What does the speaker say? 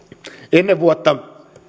ennen vuotta